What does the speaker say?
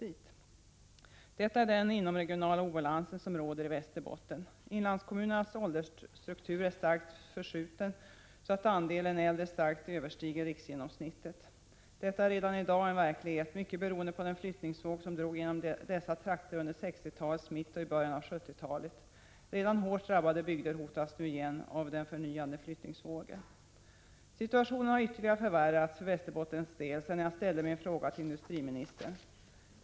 Detta är den inomregionala obalans som råder i Västerbotten. Inlandskommunernas åldersstruktur har starkt förskjutits så att andelen äldre starkt överstiger riksgenomsnittet. Detta är redan i dag en verklighet, mycket beroende på den flyttningsvåg som drog genom dessa trakter under 1960-talets mitt och i början av 1970-talet. Redan hårt drabbade bygder hotas nu igen av den förnyade flyttningsvågen. Situationen har ytterligare förvärrats för Västerbottens del sedan jag ställde min interpellation till industriministern.